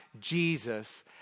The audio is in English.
Jesus